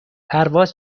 پرواز